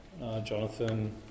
Jonathan